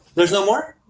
there's no more?